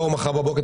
בואו מחר בבוקר,